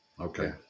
Okay